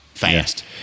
fast